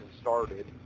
started